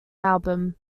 album